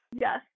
Yes